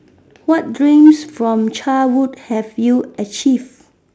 what dreams from childhood have you achieved